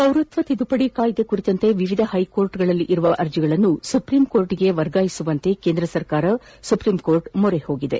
ಪೌರತ್ವ ತಿದ್ದುಪಡಿ ಕಾಯ್ದೆ ಕುರಿತಂತೆ ವಿವಿಧ ಹೈಕೋರ್ಟ್ಗಳಲ್ಲಿರುವ ಅರ್ಜಿಗಳನ್ನು ಸುಪ್ರೀಂಕೋರ್ಟ್ಗೆ ವರ್ಗಾಯಿಸುವಂತೆ ಕೇಂದ್ರ ಸರ್ಕಾರ ಸುಪ್ರೀಂಕೋರ್ಟ್ ಮೊರೆ ಹೋಗಿದೆ